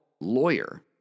lawyer